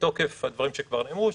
מתוקף הדברים שכבר נאמרו,